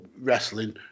wrestling